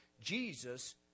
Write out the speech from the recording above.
Jesus